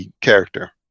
character